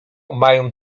mają